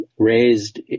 raised